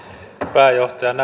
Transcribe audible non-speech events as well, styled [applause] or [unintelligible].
pääjohtajaan [unintelligible]